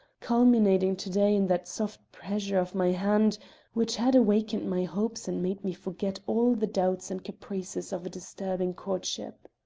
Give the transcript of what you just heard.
culminating to-day in that soft pressure of my hand which had awakened my hopes and made me forget all the doubts and caprices of a disturbing courtship.